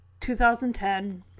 2010